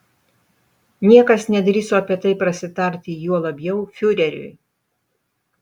niekas nedrįso apie tai prasitarti juo labiau fiureriui